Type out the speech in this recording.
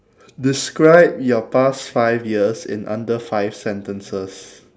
describe your past five years in under five sentences